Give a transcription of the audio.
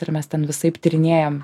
ir mes ten visaip tyrinėjam